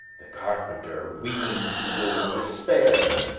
the carpenter ween'd he were in despair,